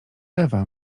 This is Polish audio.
ewa